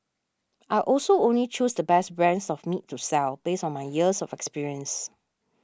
I also only choose the best brands of meat to sell based on my years of experience